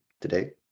today